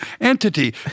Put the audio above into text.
entity